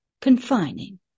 confining